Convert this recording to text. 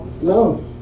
No